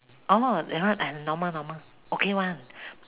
orh that one !aiya! normal normal okay [one]